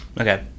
Okay